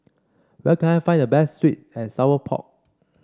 where can I find the best sweet and Sour Pork